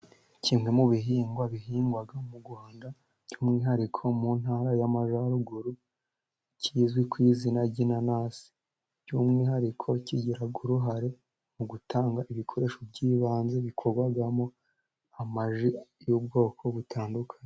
Kimwe mu bihingwa bihingwa mu Rwanda, by'umwihariko mu ntara y'amajyaruguru, kizwi ku izina ry'inanasi, by'umwihariko kigira uruhare mu gutanga ibikoresho by'ibanze, bikorwamo amaji y'ubwoko butandukanye.